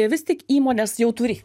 vis tik įmonės jau turi